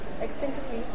extensively